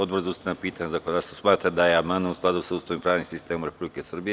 Odbor za ustavna pitanja i zakonodavstvo smatra da je amandman u skladu sa Ustavom i pravnim sistemom Republike Srbije.